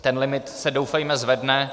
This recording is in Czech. Ten limit se, doufejme, zvedne.